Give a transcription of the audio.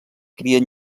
crien